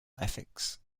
ethics